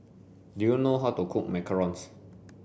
do you know how to cook Macarons